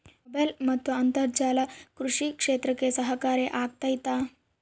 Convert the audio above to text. Mobile ಮತ್ತು ಅಂತರ್ಜಾಲ ಕೃಷಿ ಕ್ಷೇತ್ರಕ್ಕೆ ಸಹಕಾರಿ ಆಗ್ತೈತಾ?